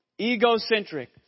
egocentric